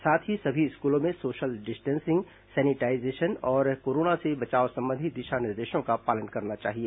साथ ही सभी स्कूलों में सोशल डिस्टेंसिंग सैनिटाईजेशन और कोरोना से बचाव संबंधी दिशा निर्देशों का पालन करना चाहिए